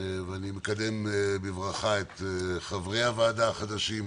ואני מקדם בברכה את חברי הוועדה החדשים.